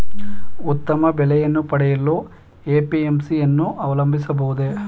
ಉತ್ತಮ ಬೆಲೆಯನ್ನು ಪಡೆಯಲು ಎ.ಪಿ.ಎಂ.ಸಿ ಯನ್ನು ಅವಲಂಬಿಸಬಹುದೇ?